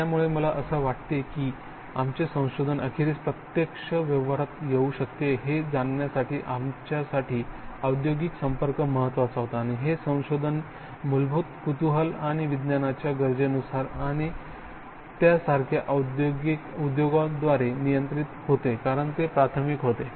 त्यामुळे मला असे वाटते की आमचे संशोधन अखेरीस प्रत्यक्ष व्यवहारात येऊ शकते हे जाणण्यासाठी आमच्यासाठी औद्योगिक संपर्क महत्त्वाचा होता आणि हे संशोधन मूलभूत कुतूहल आणि विज्ञानाच्या गरजेनुसार आणि त्यासारख्या उद्योगाद्वारे नियंत्रित होते कारण ते प्राथमिक होते